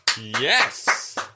Yes